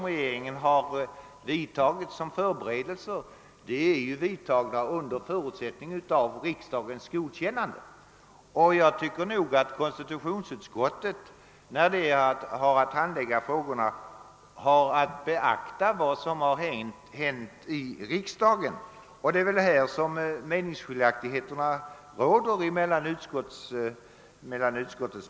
Regeringens förberedelseåtgärder hade vidtagits under beaktande av riksdagens godkännande, Jag anser att konstitutionsutskottet vid handläggningen av frågorna har att beakta vad som hänt i riksdagen. Det är väl på denna punkt det föreligger meningsskiljaktigheter mellan de båda sidorna i utskottet.